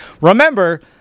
Remember